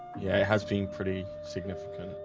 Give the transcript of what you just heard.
yeah, it has been pretty significant.